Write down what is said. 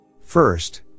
First